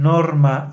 Norma